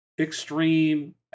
extreme